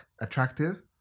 attractive